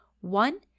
One